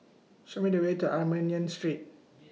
Show Me The Way to Armenian Street